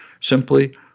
simply